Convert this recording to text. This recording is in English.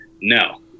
No